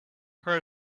her